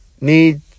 need